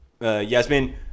Yasmin